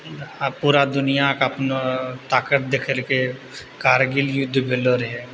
आब पूरा दुनिआके अपना ताकत देखेलकै कारगिल युद्ध भेलो रहै